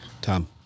Tom